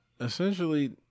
essentially